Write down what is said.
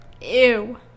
Ew